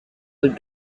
would